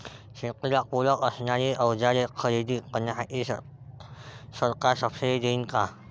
शेतीला पूरक असणारी अवजारे खरेदी करण्यासाठी सरकार सब्सिडी देईन का?